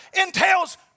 entails